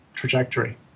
trajectory